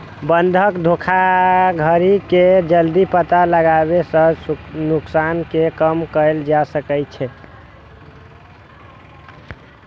बंधक धोखाधड़ी के जल्दी पता लगाबै सं नुकसान कें कम कैल जा सकै छै